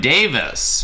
Davis